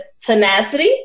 tenacity